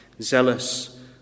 zealous